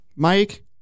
Mike